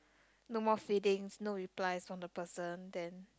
no more feelings no replies from the person then